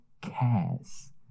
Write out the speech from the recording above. cares